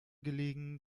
gelegen